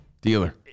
dealer